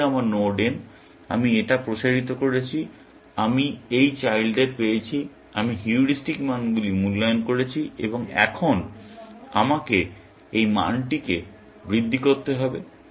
এই ছিল আমার নোড n আমি এটা প্রসারিত করেছি আমি এই চাইল্ডদের পেয়েছি আমি হিউরিস্টিক মানগুলি মূল্যায়ন করেছি এবং এখন আমাকে এই মানটিকে বৃদ্ধি করতে হবে